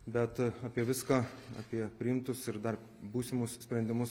bet apie viską apie priimtus ir dar būsimus sprendimus